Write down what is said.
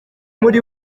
muri